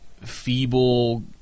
feeble